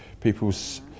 people's